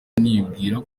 nibwira